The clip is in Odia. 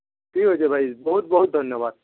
ଠିକ୍ ଅଛି ଭାଇ ବହୁତ ବହୁତ ଧନ୍ୟବାଦ